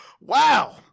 Wow